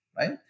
Right